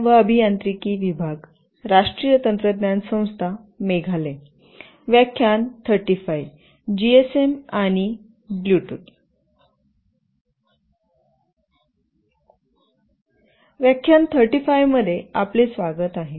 व्याख्यान 35 मध्ये आपले स्वागत आहे